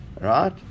right